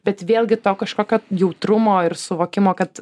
bet vėlgi to kažkokio jautrumo ir suvokimo kad